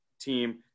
team